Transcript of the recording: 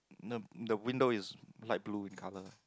the the windows is light blue in colour